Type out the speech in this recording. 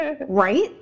right